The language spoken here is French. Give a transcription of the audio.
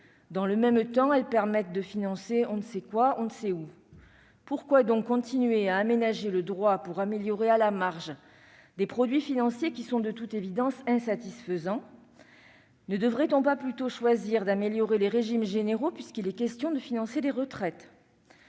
Dans le même temps, elles permettent de financer on ne sait quoi, on ne sait où. Pourquoi donc continuer à aménager le droit pour améliorer à la marge des produits financiers qui, de toute évidence, sont insatisfaisants ? Ne devrait-on pas plutôt choisir d'améliorer les régimes généraux, puisqu'il est question de financer les retraites ?